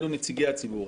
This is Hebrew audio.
אלה נציגי הציבור.